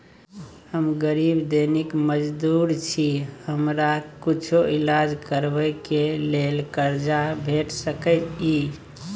हम गरीब दैनिक मजदूर छी, हमरा कुछो ईलाज करबै के लेल कर्जा भेट सकै इ?